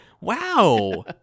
Wow